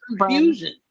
confusion